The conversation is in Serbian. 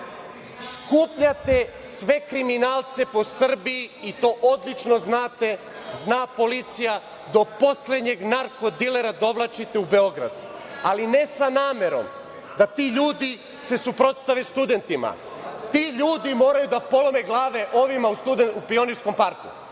Skupljate sve kriminalce po Srbiji, i to odlično znate, zna policija, do poslednjeg narko-dilera dovlačite u Beograd. Ali, ne sa namerom da se ti ljudi suprotstave studentima, ti ljudi moraju da polome glave ovima u Pionirskom parku,